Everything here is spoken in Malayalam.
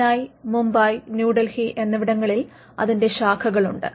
ചെന്നൈ മുംബൈ ന്യൂഡൽഹി എന്നിവിടങ്ങളിൽ അതിന്റെ ശാഖകളുണ്ട്